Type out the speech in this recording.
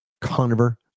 Conover